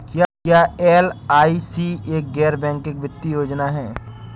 क्या एल.आई.सी एक गैर बैंकिंग वित्तीय योजना है?